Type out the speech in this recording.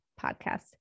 podcast